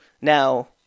Now